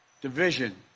division